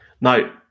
Now